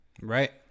Right